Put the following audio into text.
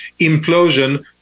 implosion